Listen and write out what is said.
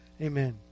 Amen